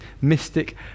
Mystic